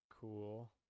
cool